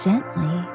Gently